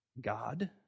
God